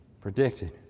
predicted